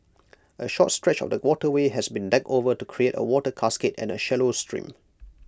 A short stretch of the waterway has been decked over to create A water cascade and A shallow stream